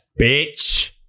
bitch